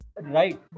Right